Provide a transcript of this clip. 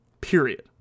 period